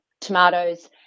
Tomatoes